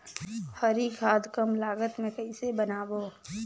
हरी खाद कम लागत मे कइसे बनाबो?